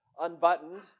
unbuttoned